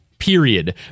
Period